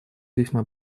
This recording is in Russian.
весьма